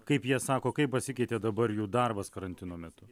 kaip jie sako kaip pasikeitė dabar jų darbas karantino metu